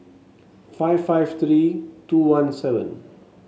five five three two one seven